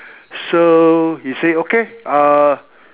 so he say okay uh